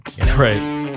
Right